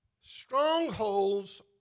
Strongholds